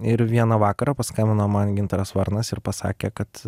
ir vieną vakarą paskambino man gintaras varnas ir pasakė kad